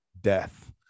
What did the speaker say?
death